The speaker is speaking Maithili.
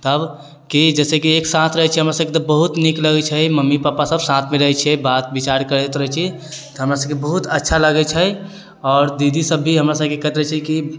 तब की जैसेकि एक साथ रहै छियै हमे सब बहुत नीक लगै छै मम्मी पप्पा सब सब साथमे रहै छियै बात विचार करैत रहै छियै तऽ हमर सबके बहुत अच्छा लगै छै आओर दीदी सब भी हमरा सबके कहैत रहै छै की